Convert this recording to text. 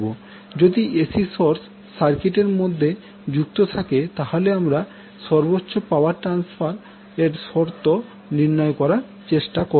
যদি AC source সার্কিটের মধ্যে যুক্ত থাকে তাহলে আমরা সর্বোচ্চ পাওয়ার ট্রান্সফারের শর্ত নির্ণয় করার চেষ্টা করব